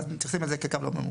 אז מתייחסים לזה כקו לא ממופה.